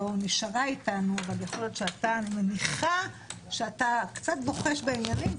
לא נשארה אתנו אבל אני מניחה שאתה קצת בוחש בעניינים,